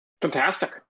Fantastic